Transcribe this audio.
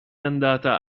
andata